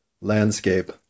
landscape